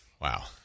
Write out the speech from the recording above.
Wow